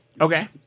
Okay